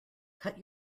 cut